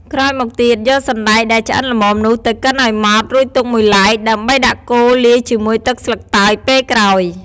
ក្រោយមកទៀតយកសណ្តែកដែលឆ្អិនល្មមនោះទៅកិនឱ្យម៉ដ្ឋ រួចទុកមួយឡែក ដើម្បីដាក់កូរលាយជាមួយទឹកស្លឹកតើយពេលក្រោយ។